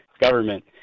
Government